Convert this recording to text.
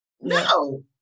No